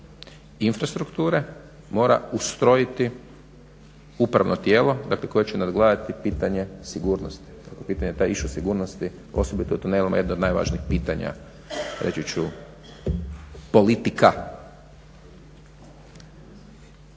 infrastrukture mora ustrojiti upravno tijelo, dakle koje će nadgledati pitanje sigurnosti, dakle pitanje više sigurnosti osobito tunela je jedno od najvažnijih pitanja reći ću politika.